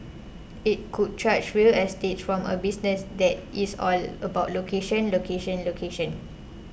it could charge real estate from a business that is all about location location location